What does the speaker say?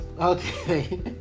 Okay